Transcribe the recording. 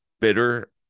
bitter